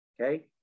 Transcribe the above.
okay